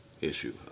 issue